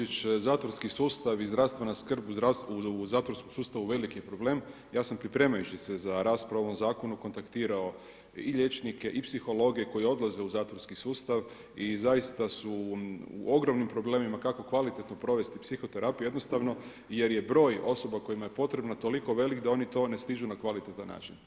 Da, kolegice Opačić, zatvorski sustav i zdravstvena skrb u zatvorskom sustavu veliki je problem, ja sam pripremajući se za raspravu o ovom zakonu kontaktirao i liječnike i psihologe koji odlaze u zatvorski sustav i zaista u ogromnim problemima kako kvalitetno provesti psihoterapiju, jednostavno jer je broj osoba kojima je potrebno toliko velik da oni to ne stižu na kvalitetan način.